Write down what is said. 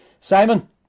Simon